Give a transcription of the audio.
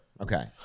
okay